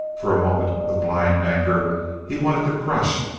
for a moment of blind anger he wanted to crush,